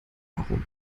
herum